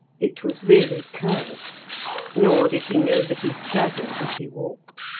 it was really curved nor did he know that he staggered as he walked.